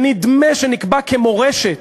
שנדמה שנקבע כמורשת